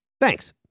Thanks